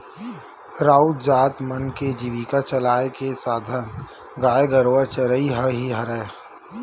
राउत जात मन के जीविका चलाय के साधन गाय गरुवा चरई ह ही हरय